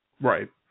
Right